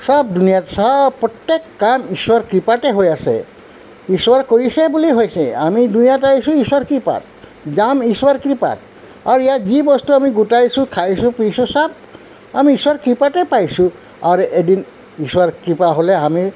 চব দুনীয়াত চব প্ৰত্যেক কাম ঈশ্বৰৰ কৃপাতে হৈ আছে ঈশ্বৰ কৰিছে বুলি হৈছে আমি দুনীয়াত আহিছোঁ ঈশ্বৰৰ কৃপাত যাম ঈশ্বৰৰ কৃপাত আৰু ইয়াত যি বস্তু আমি গোটাইছোঁ খাইছোঁ পিছো চব আমি ঈশ্বৰৰ কৃপাতে পাইছোঁ অৰ এদিন ঈশ্বৰ কৃপা হ'লে আমি